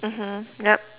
mmhmm yup